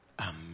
Amen